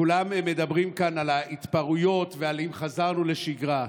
כולם מדברים כאן על ההתפרעויות ועל אם חזרנו לשגרה.